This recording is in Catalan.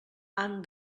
han